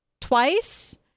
twice